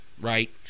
right